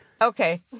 Okay